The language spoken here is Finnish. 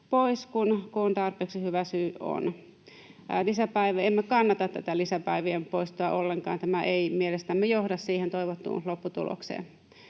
pois, kun tarpeeksi hyvä syy on. Emme kannata tätä lisäpäivien poistoa ollenkaan. Tämä ei mielestämme johda siihen toivottuun lopputulokseen.